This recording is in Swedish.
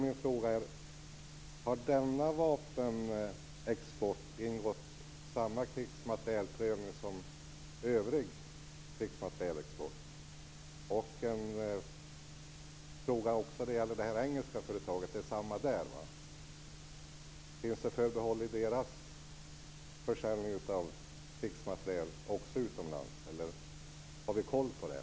Min fråga är om denna vapenxport har gått igenom samma prövning som övrig krigsmaterielexport. Jag har också en fråga som gäller det engelska företaget. Det är samma där. Finns det förbehåll vad gäller deras försäljning av krigsmateriel utomlands? Har vi koll på det?